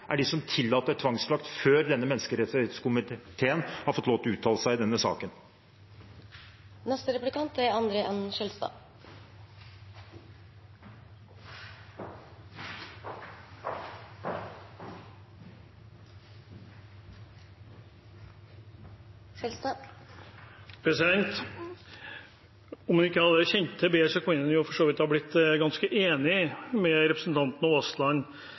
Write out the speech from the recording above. er de som tillater tvangsslakt før menneskerettighetskomiteen har fått lov til å uttale seg i denne saken. Om en ikke hadde kjent bedre til det, kunne en for så vidt vært ganske enig med representanten Aasland,